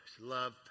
love